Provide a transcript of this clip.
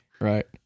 Right